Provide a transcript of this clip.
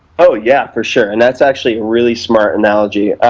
oh yeah, for sure, and that's actually a really smart analogy.